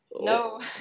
No